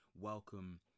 welcome